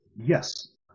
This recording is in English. Yes